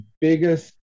biggest